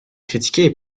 critiqué